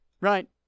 right